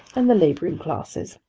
and the labouring classes.